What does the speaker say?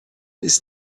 ist